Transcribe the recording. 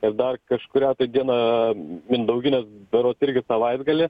ir dar kažkurią tai dieną mindaugines berods irgi savaitgalį